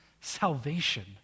salvation